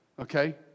Okay